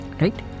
Right